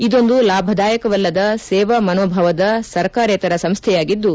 ಇದೊಂದು ಲಾಭದಾಯಕವಲ್ಲದ ಸೇವಾ ಮನೋಭಾವದ ಸರ್ಕಾರೇತರ ಸಂಸ್ವೆಯಾಗಿದ್ದು